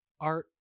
art